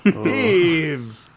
Steve